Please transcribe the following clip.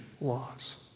laws